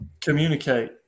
communicate